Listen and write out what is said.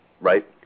Right